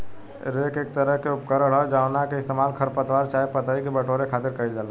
rake एक तरह के उपकरण ह जावना के इस्तेमाल खर पतवार चाहे पतई के बटोरे खातिर कईल जाला